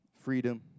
freedom